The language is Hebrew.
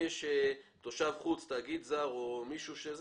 תאגיד זר או מישהו,